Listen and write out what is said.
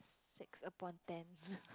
six upon ten